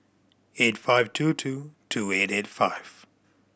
eight five two two two eight eight five